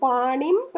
Panim